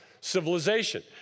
civilization